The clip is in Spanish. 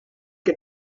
que